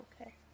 Okay